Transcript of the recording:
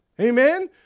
Amen